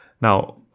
now